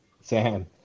Sam